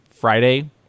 Friday